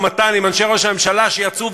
ממשלה,